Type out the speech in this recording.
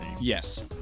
Yes